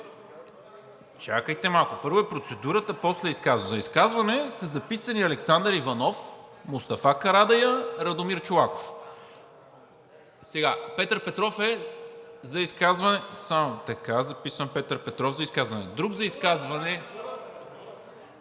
Чакайте малко, първо е процедурата, после – изказването. За изказване са се записали Александър Иванов, Мустафа Карадайъ, Радомир Чолаков. Петър Петров е за изказване? Така, записвам Петър Петров за изказване. Друг за изказване?